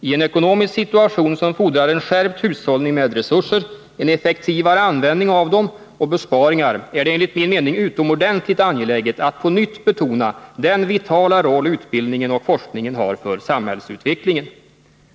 I en ekonomisk situation som fordrar en skärpt hushållning med resurser, en effektivare användning av dem och besparingar är det enligt min mening utomordentligt angeläget att på nytt betona den vitala roll utbildningen och forskningen har för samhällsutvecklingen.